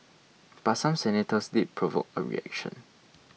but some senators did provoke a reaction